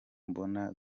mbona